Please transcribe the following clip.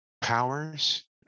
powers